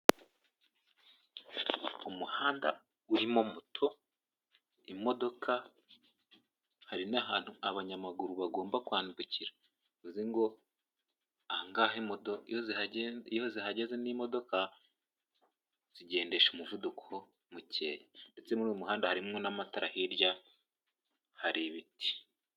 Umuhanda urimo moto, imodoka, hari n'ahantu abanyamaguru bagomba kwambukira bivuze ngo aha ngaha moto iyo zihageze n'imodoka zigendesha umuvuduko mukeya ndetse muri uyu muhanda harimo n'amatara, hirya hari ibiti.